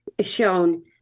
shown